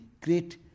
great